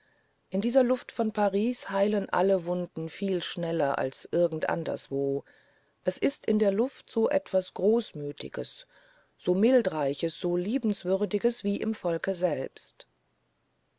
in dieser luft von paris heilen alle wunden viel schneller als irgend anderswo es ist in dieser luft etwas so großmütiges so mildreiches so liebenswürdiges wie im volke selbst